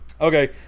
Okay